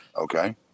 Okay